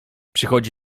przychodzi